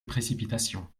précipitation